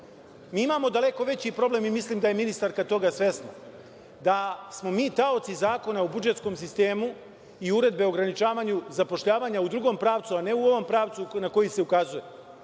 imamo daleko veći problem i mislim da je ministarka toga svesna, da smo mi taoci Zakona o budžetskom sistemu i Uredbe o ograničavanju zapošljavanja u drugom pravcu, a ne u ovom pravcu na koji se ukazuje,